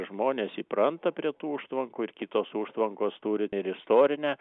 žmonės įpranta prie tų užtvankų ir kitos užtvankos turi ir istorinę